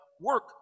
work